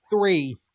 Three